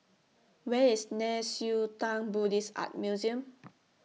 Where IS Nei Xue Tang Buddhist Art Museum